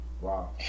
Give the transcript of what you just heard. Wow